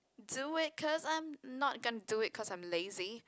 do it cause i'm not gonna do it cause I am lazy